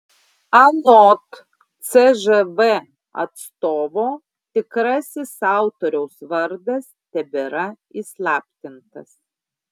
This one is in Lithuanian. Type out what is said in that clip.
anot cžv atstovo tikrasis autoriaus vardas tebėra įslaptintas